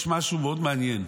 יש משהו מאוד מעניין.